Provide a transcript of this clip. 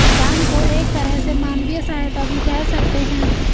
दान को एक तरह से मानवीय सहायता भी कह सकते हैं